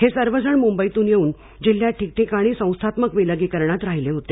हे सर्वजण मुंबईतून येऊन जिल्ह्यात ठिकठिकाणी संस्थांत्मक विलगीकरणात राहिले होते